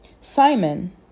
Simon